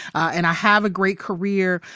and i have a great career.